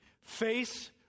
Face